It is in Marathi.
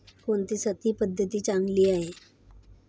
कोणती शेती पद्धती चांगली आहे?